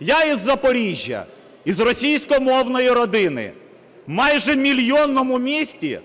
Я із Запоріжжя, із російськомовної родини, майже в мільйонному місті